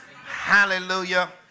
Hallelujah